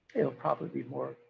it'll probably be more.